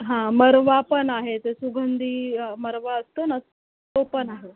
हां मरवा पण आहे ते सुगंधी मरवा असतो न तो पण आहे